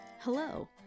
Hello